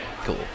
cool